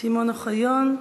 שמעון אוחיון,